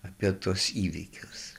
apie tuos įvykius